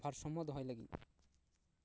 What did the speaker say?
ᱵᱷᱟᱨᱥᱟᱢᱢᱳ ᱫᱚᱦᱚᱭ ᱞᱟᱹᱜᱤᱫ